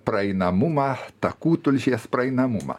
praeinamumą takų tulžies praeinamumą